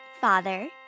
father